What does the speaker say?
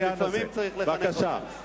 כי צריך לחנך אתכם, לפעמים צריך לחנך אתכם.